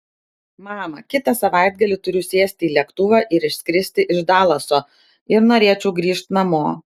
mama kitą savaitgalį turiu sėsti į lėktuvą ir išskristi iš dalaso ir norėčiau grįžt namo